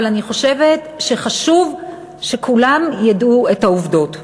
אבל אני חושבת שחשוב שכולם ידעו את העובדות.